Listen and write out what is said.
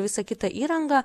visą kitą įrangą